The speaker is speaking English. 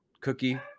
cookie